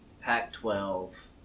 Pac-12